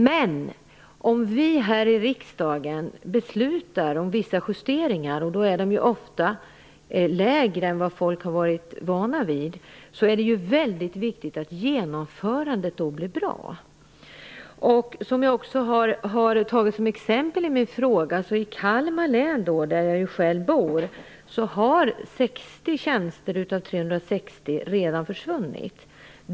Men om vi här i riksdagen beslutar om vissa justeringar - och de är ofta lägre än vad folk har varit vana vid - är det väldigt viktigt att genomförandet blir bra. Som jag också har tagit som exempel i min fråga har 60 tjänster av 360 redan försvunnit i Kalmar län, där jag själv bor.